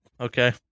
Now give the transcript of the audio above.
Okay